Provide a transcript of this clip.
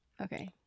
okay